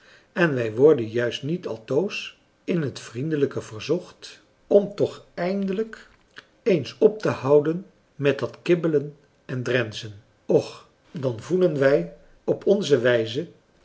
en wij worden juist niet altoos in het vriendelijke verzocht om toch françois haverschmidt familie en kennissen eindelijk eens op te houden met dat kibbelen en drenzen och dan voelen wij op onze wijze